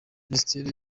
ministere